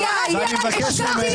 ירד לי עליך מסך.